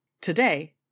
Today